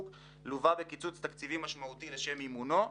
ולווה בקיצוץ תקציבי משמעותי לשם מימונו.